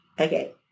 Okay